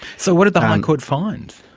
so what did the high court find?